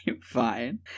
Fine